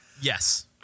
Yes